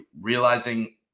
realizing